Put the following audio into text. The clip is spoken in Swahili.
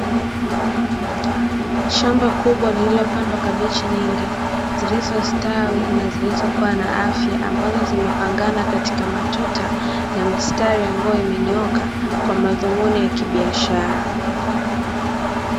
Shamba kubwa lililopandwa kabichi nyingi zilizostawi na zilizokuwa na afya, ambazo zimepangana katika matuta ya mistari ambayo imenyooka kwa madhumuni ya kibiashara.